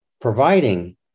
providing